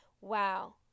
wow